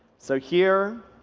so here